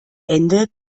ende